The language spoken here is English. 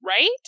right